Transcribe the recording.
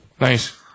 Nice